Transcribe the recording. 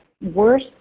worse